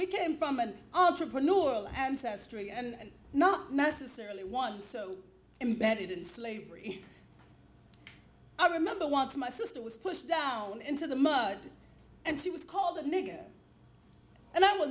we came from an entrepreneur ancestry and not necessarily one so embedded in slavery i remember once my sister was pushed down into the mud and she was called a nigger and i will